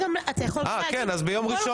ובהסכמות.